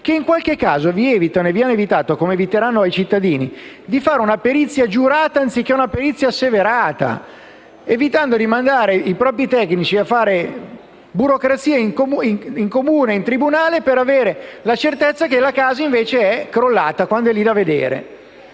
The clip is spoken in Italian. che in qualche caso vi evitano e vi hanno evitato, come eviteranno ai cittadini, di fare una perizia giurata anziché una perizia asseverata, evitando di mandare i propri tecnici a fare burocrazia in Comune e in tribunale per avere la certezza che la casa, invece, è crollata, quando è lì da vedere.